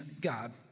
God